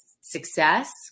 success